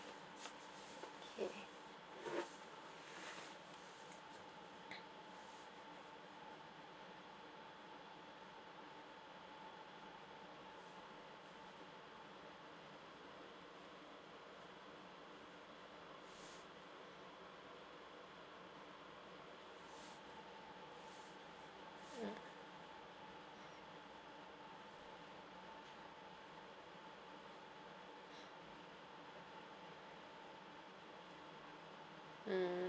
okay mm hmm